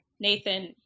nathan